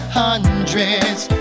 hundreds